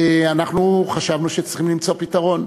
חשבנו שצריכים למצוא פתרון.